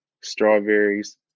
strawberries